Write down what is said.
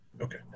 Okay